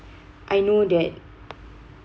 I know that